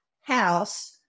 house